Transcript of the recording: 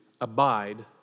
abide